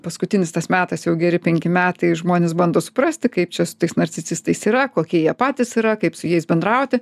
paskutinis tas metas jau geri penki metai žmonės bando suprasti kaip čia su tais narcisistais yra kokie jie patys yra kaip su jais bendrauti